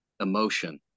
emotion